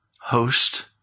host